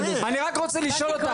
אני רק רוצה לשאול אותך.